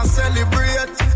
celebrate